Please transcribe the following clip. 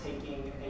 taking